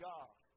God